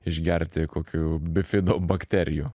išgerti kokių bifidobakterijų